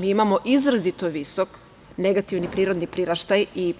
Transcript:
Mi imamo izrazito visok negativni prirodni priraštaj i